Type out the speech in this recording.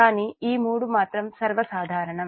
కానీ ఈ మూడు మాత్రం సర్వ సాధారణం